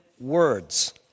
words